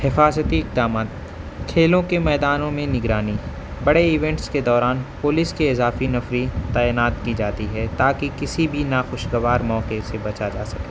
حفاظتی اقدامات کھیلوں کے میدانوں میں نگرانی بڑے ایونٹس کے دوران پولیس کے اضافی نفری تعینات کی جاتی ہے تاکہ کسی بھی نا خوشگوار موقعے سے بچا جا سکے